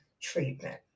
treatment